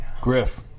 Griff